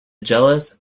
jealous